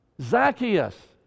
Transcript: Zacchaeus